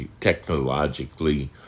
technologically